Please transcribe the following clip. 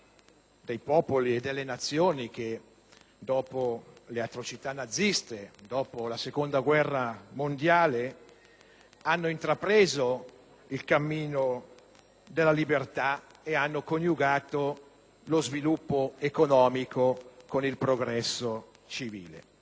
dei popoli e delle Nazioni che, dopo le atrocità naziste, dopo la Seconda guerra mondiale, hanno intrapreso il cammino della libertà e hanno coniugato lo sviluppo economico con il progresso civile.